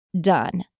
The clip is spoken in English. done